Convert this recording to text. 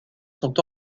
sont